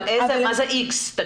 אבל מה זה איקס?